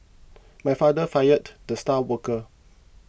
my father fired the star worker